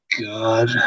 god